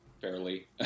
fairly